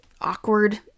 awkward